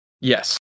Yes